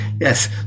yes